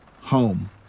home